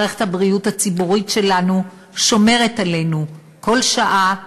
מערכת הבריאות הציבורית שלנו שומרת עלינו כל שעה,